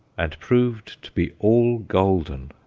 and proved to be all golden!